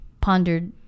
pondered